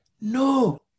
No